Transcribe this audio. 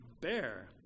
Bear